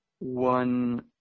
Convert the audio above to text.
one